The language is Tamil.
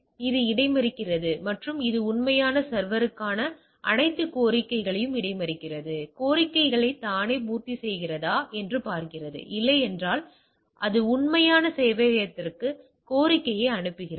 எனவே அது இடைமறிக்கிறது மற்றும் அது உண்மையான சர்வர்கான அனைத்து கோரிக்கைகளையும் இடைமறிக்கிறது அது கோரிக்கையை தானே பூர்த்திசெய்கிறதா என்று பார்க்கிறது இல்லையென்றால் அது உண்மையான சேவையகத்திற்கு கோரிக்கையை அனுப்புகிறது